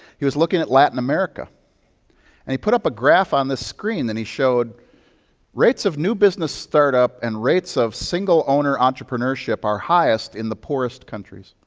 he was looking at latin america and he put up a graph on the screen and he showed rates of new business start-up and rates of single-owner entrepreneurship are highest in the poorest countries.